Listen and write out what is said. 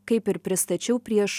kaip ir pristačiau prieš